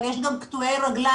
אבל יש גם קטועי רגליים,